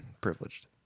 Privileged